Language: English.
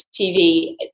TV